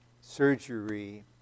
surgery